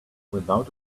without